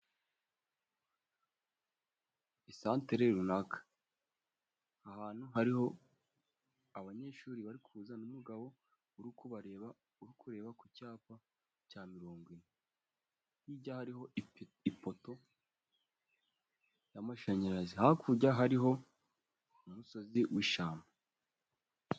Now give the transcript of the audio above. Isantere runaka, ahantu hariho abanyeshuri bari kuza n'umugabo urikubareba urikureba ku cyapa cya mirongwine. Hirya hariho ipoto y'amashanyarazi, hakurya hariho umusozi w'ishyamba.